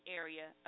area